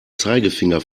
zeigefinger